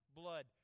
blood